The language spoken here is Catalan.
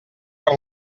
per